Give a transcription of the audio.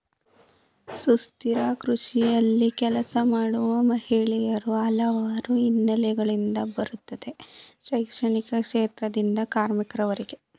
ಸುಸ್ಥಿರ ಕೃಷಿಯಲ್ಲಿ ಕೆಲಸ ಮಾಡುವ ಮಹಿಳೆಯರು ಹಲವಾರು ಹಿನ್ನೆಲೆಗಳಿಂದ ಬರುತ್ತಾರೆ ಶೈಕ್ಷಣಿಕ ಕ್ಷೇತ್ರದಿಂದ ಕಾರ್ಮಿಕರವರೆಗೆ